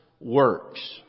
works